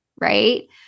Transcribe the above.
right